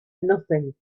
nothing